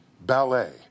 ballet